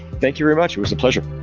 thank you very much. it was a pleasure